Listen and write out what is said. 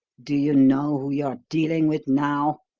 do you know who you're dealing with now?